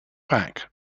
back